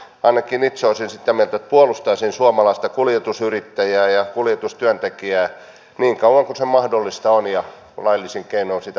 ainakin itse olisin sitä mieltä että puolustaisin suomalaista kuljetusyrittäjää ja kuljetustyöntekijää niin kauan kuin se mahdollista on ja laillisin keinoin sitä voidaan tehdä